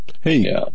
Hey